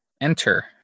Enter